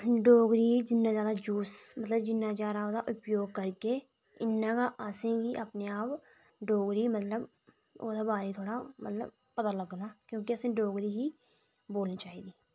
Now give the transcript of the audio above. डोगरी जिन्ना जैदा यूज़ मतलब जिन्ना जैदा ओह्दा उपयोग करगे इन्ना गै असें गी अपने आप डोगरी मतलब ओह्दे बारे च मतलब थोह्ड़ा पता लगदा क्योंकि असें गी डोगरी बोलना चाहिदी